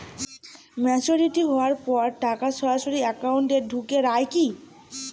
Maturity হওয়ার পর টাকা সরাসরি একাউন্ট এ ঢুকে য়ায় কি?